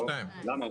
לא,